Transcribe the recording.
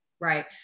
Right